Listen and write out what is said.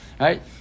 Right